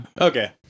Okay